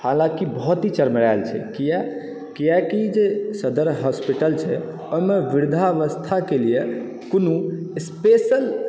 हालाँकि बहुत ही चरमरायल छै किया कियाकि जे सदर होस्पिटल छै ओहिमे वृद्धावस्था के लिए कोनो स्पेशल